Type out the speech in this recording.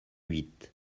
huit